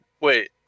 Wait